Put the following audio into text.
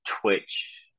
Twitch